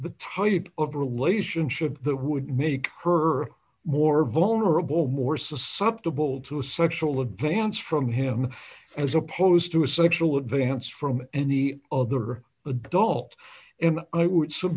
the type of relationship that would make her more vulnerable more susceptible to a sexual advance from him as opposed to a sexual advance from any other adult i would su